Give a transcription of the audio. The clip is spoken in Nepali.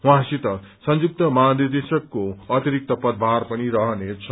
उहाँसित संयुक्त महानिदेशकको अतिरिक्त पदभार पनि रहनेछ